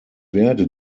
werde